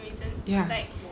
ya